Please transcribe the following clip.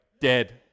dead